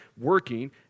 working